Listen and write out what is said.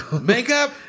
Makeup